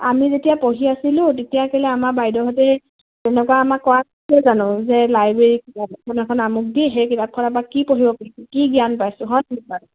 আমি যেতিয়া পঢ়ি আছিলোঁ তেতিয়া কেলে আমাৰ বাইদেউহঁতে তেনেকুৱা আমাৰ জানো যে লাইব্ৰেৰী কিতাপ এখন এখন আমুক দি সেই কিতাপখন আমাৰ কি পঢ়িব পাৰি কি জ্ঞান পাইছোঁ হয় নহয়